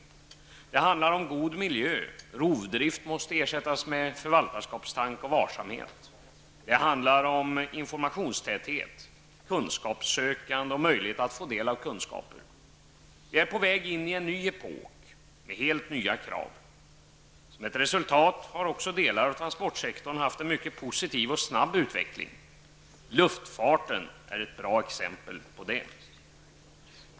Det handlar om god miljö — rovdrift måste ersättas med förvaltarskapstanke och varsamhet. Det handlar om informationstäthet — kunskapssökande och möjlighet att få del av kunskaper. Vi är på väg in i en ny epok med helt nya krav. Som ett resultat har också delar av transportsektorn haft en mycket positiv och snabb utveckling. Luftfarten är ett bra exempel på det.